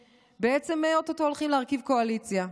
שבעצם או-טו-טו הולכים להרכיב קואליציה.